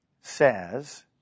says